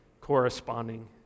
corresponding